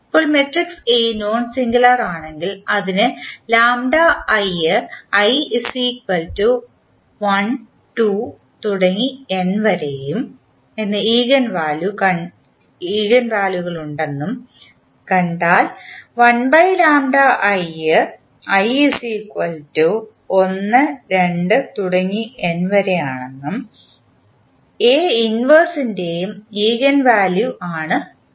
ഇപ്പോൾ matrix A non singular ആണെങ്കിൽ അതിന് എന്ന ഈഗൻ വാല്യു കളുണ്ടെന്നും കണ്ടാൽ ൻറെയും ഈഗൻ വാല്യു ആണ് അവ